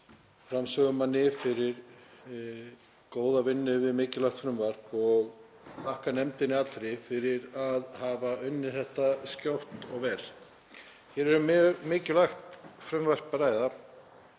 framsögumanni fyrir góða vinnu við mikilvægt frumvarp og þakka nefndinni allri fyrir að hafa unnið það skjótt og vel. Hér er um mjög mikilvægt frumvarp að ræða